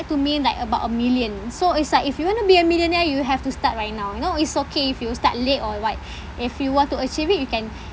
to me like about a million so it's like if you want to be a millionaire you have to start right now you know it's okay if you start late or what if you want to achieve it you can